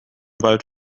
wald